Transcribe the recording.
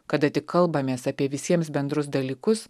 kada tik kalbamės apie visiems bendrus dalykus